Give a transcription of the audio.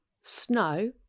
Snow